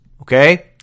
Okay